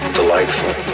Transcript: delightful